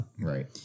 Right